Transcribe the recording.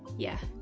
yeah.